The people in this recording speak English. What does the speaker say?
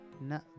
No